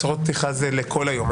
הצהרות פתיחה זה לכל היום,